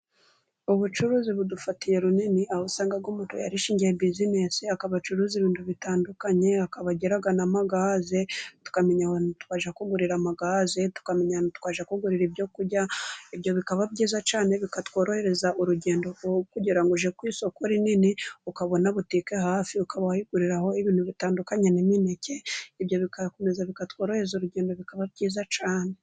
Ubucuruzi budufatiye runini, aho usanga umuntu yarishingiye bizinesi akaba acuruza ibintu bitandukanye, akaba agira n'amagaze tukamenya aho twaja kugurira amagaze, tukamenya aho twajya kugurira ibyo kurya. Ibyo bikaba byiza cyane bikatworohereza urugendo, kugirango ngo ujye ku isoko rinini ukabona butike hafi ukaba wayiguriraho ibintu bitandukanye nk'imineke, ibyo bigakomeza bikatworohereza urugendo bikaba byiza cyane